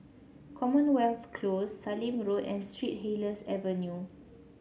Commonwealth Close Sallim Road and Street Helier's Avenue